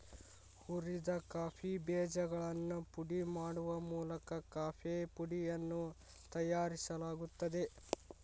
ಹುರಿದ ಕಾಫಿ ಬೇಜಗಳನ್ನು ಪುಡಿ ಮಾಡುವ ಮೂಲಕ ಕಾಫೇಪುಡಿಯನ್ನು ತಯಾರಿಸಲಾಗುತ್ತದೆ